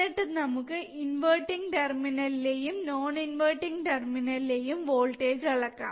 എന്നിട്ട് നമുക്ക് ഇൻവെർട്ടിങ് ടെർമിനലിലെ യും നോൺ ഇൻവെർട്ടിങ് ടെർമിനലിലെ യും വോൾടേജ് അളക്കാം